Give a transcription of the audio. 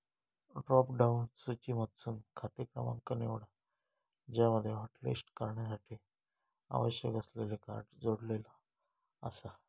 drop down सूचीमधसून खाते क्रमांक निवडा ज्यामध्ये हॉटलिस्ट करण्यासाठी आवश्यक असलेले कार्ड जोडलेला आसा